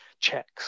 checks